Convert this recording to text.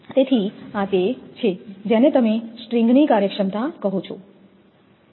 તેથી આ તે છે જેને તમે સ્ટ્રિંગની કાર્યક્ષમતા કહો છો